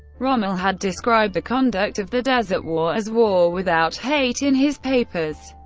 rommel had described the conduct of the desert war as war without hate in his papers.